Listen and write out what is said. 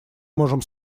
можем